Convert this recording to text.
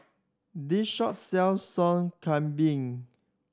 this shop sells Sop Kambing